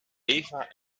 eva